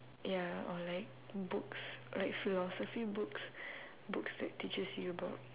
ya or like books like philosophy books books that teaches you about